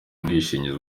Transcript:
ubwishingizi